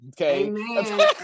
Okay